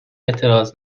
اعتراض